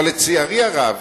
אבל לצערי הרב,